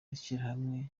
ishyirahamwe